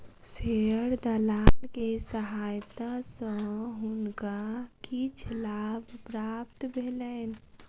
share दलाल के सहायता सॅ हुनका किछ लाभ प्राप्त भेलैन